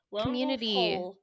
Community